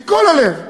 מכל הלב.